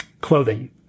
clothing